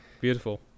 beautiful